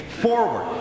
forward